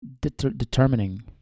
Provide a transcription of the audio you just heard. determining